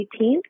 18th